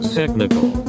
technical